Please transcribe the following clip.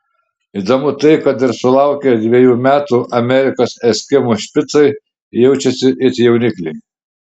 įdomu tai kad ir sulaukę dviejų metų amerikos eskimų špicai jaučiasi it jaunikliai